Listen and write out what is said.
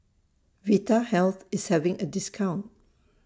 Vitahealth IS having A discount